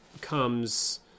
Comes